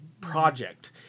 project